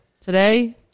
Today